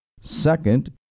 second